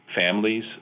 families